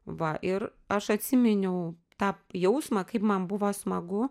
va ir aš atsiminiau tą jausmą kaip man buvo smagu